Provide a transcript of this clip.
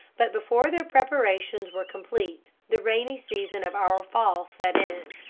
but before their preparations were complete the rainy season of our fall set in.